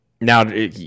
Now